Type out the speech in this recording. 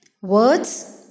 Words